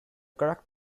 correct